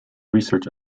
research